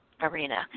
arena